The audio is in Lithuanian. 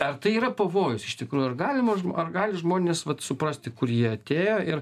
ar tai yra pavojus iš tikrųjų ar galima ar gali žmonės vat suprasti kur jie atėjo ir